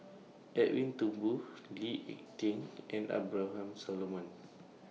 Edwin Thumboo Lee Ek Tieng and Abraham Solomon